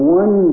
one